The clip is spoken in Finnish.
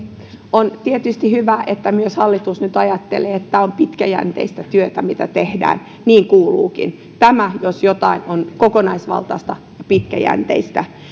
on tietysti hyvä että myös hallitus nyt ajattelee että se on pitkäjänteistä työtä mitä tehdään niin kuuluukin tämä jos mikä on kokonaisvaltaista ja pitkäjänteistä